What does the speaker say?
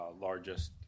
largest